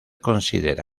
considera